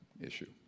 issue